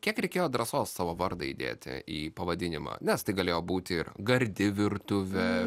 kiek reikėjo drąsos savo vardą įdėti į pavadinimą nes tai galėjo būti ir gardi virtuvė